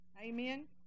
Amen